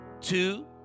Two